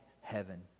heaven